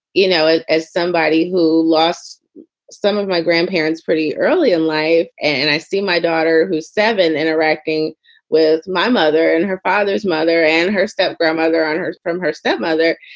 you know, ah as somebody who lost some of my grandparents pretty early in life. and i see my daughter, who's seven, interacting with my mother and her father's mother and her step grandmother on her from her step mother.